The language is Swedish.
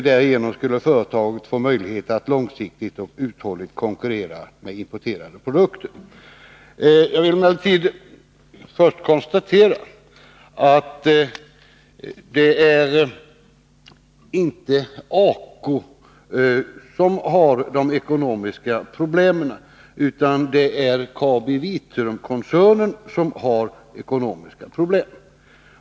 Företaget skulle därigenom få möjlighet att långsiktigt och uthålligt konkurrera med importerade produkter. Jag vill emellertid först konstatera att det inte är ACO utan KabiVitrumkoncernen som har ekonomiska problem.